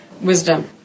wisdom